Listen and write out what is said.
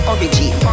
Origin